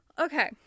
Okay